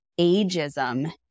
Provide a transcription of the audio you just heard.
ageism